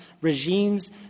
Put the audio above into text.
regimes